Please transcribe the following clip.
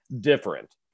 Different